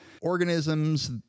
organisms